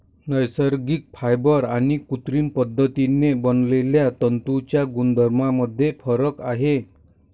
नैसर्गिक फायबर आणि कृत्रिम पद्धतीने बनवलेल्या तंतूंच्या गुणधर्मांमध्ये फरक आहे